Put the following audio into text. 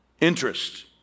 interest